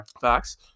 Facts